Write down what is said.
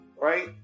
right